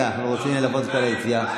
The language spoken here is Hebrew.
רגע, אנחנו רוצים ללוות אותה ליציאה.